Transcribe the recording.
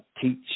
teach